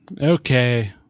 Okay